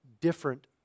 different